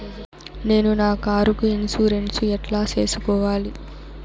నేను నా కారుకు ఇన్సూరెన్సు ఎట్లా సేసుకోవాలి